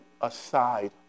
aside